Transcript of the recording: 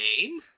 name